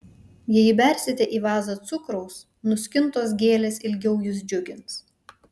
jei įbersite į vazą cukraus nuskintos gėlės ilgiau jus džiugins